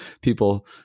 people